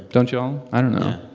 don't y'all? i don't know